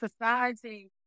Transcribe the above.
society